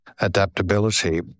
adaptability